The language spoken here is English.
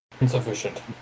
Insufficient